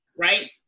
right